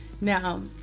Now